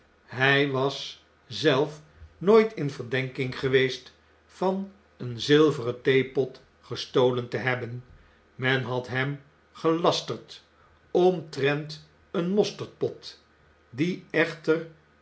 zelf was nooit in verdenking geweest van een zilveren theepot gestolen te hebben men had hem gelasterd omtrent een mosterdpot die echter